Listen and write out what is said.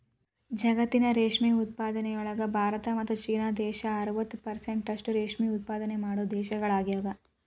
ಜಗತ್ತಿನ ರೇಷ್ಮೆ ಉತ್ಪಾದನೆಯೊಳಗ ಭಾರತ ಮತ್ತ್ ಚೇನಾ ದೇಶ ಅರವತ್ ಪೆರ್ಸೆಂಟ್ನಷ್ಟ ರೇಷ್ಮೆ ಉತ್ಪಾದನೆ ಮಾಡೋ ದೇಶಗಳಗ್ಯಾವ